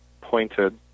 pointed